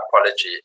apology